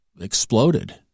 exploded